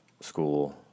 school